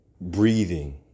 breathing